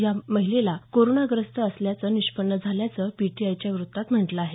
यात महिला कोरोनाग्रस्त असल्याचं निष्पन्न झाल्याचं पीटीआयच्या वृत्ता म्हटलं आहे